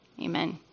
Amen